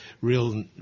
real